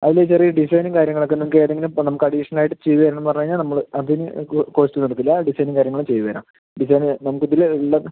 അതില് ചെറിയ ഡിസൈനും കാര്യങ്ങൾ ഒക്കെ നിങ്ങൾക്ക് ഏതെങ്കിലും നമുക്ക് അഡീഷണൽ ആയിട്ട് ചെയ്ത് തരണമെന്ന് പറഞ്ഞ് കഴിഞ്ഞാൽ നമ്മള് അതിന് കോ കോസ്റ്റ് ഒന്നും എടുക്കില്ല ഡിസൈനും കാര്യങ്ങളും ചെയ്ത് തരാം ഡിസൈന് നമുക്ക് ഇതിൽ ഇല്ലാത്ത